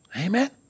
Amen